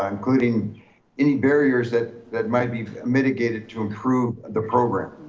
ah including any barriers that that might be mitigated to improve the program.